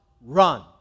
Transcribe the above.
run